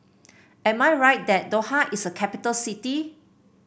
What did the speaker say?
am I right that Doha is a capital city